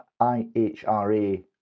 IHRA